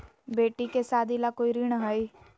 बेटी के सादी ला कोई ऋण हई?